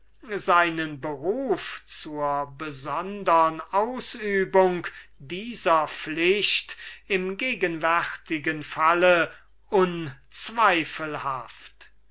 seinen beruf zur besondern ausübung dieser pflicht in gegenwärtigem falle